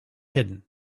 hidden